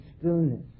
stillness